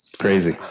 crazy.